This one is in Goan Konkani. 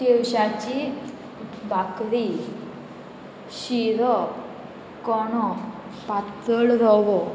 तवशाची भाकरी शिरो कोणो पातळ रवो